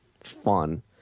fun